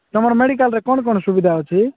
ତୁମର ମେଡିକାଲରେ କ'ଣ କ'ଣ ସୁବିଧା ଅଛି